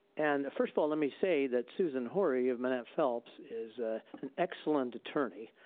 and, first of all let me say that susan hori of manatt phelps is an excellent attorney.